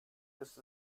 ist